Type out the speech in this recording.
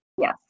Yes